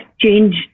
change